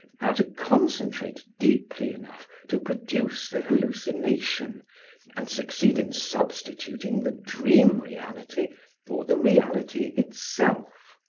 how to concentrate deeply enough to produce the hallucination and succeed in substituting the dream reality for the reality itself.